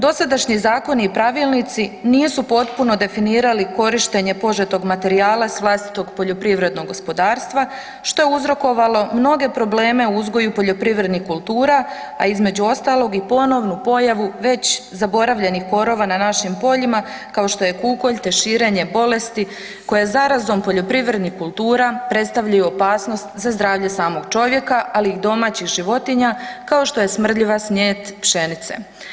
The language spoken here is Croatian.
Dosadašnji zakoni i pravilnici nisu potpuno definirali korištenje požetog materijala s vlastitog poljoprivrednog gospodarstva što je uzrokovalo mnoge probleme u uzgoju poljoprivrednih kultura, a između ostalog i ponovnu pojavu već zaboravljenih korova na našim poljima kao što je kukolj te širenje bolesti koja zarazom poljoprivrednih kultura predstavljaju opasnost za zdravlje samog čovjeka, ali i domaćih životinja kao što je smrdljiva snijet pšenice.